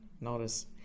notice